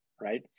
right